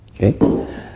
okay